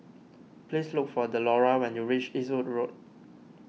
please look for Delora when you reach Eastwood Road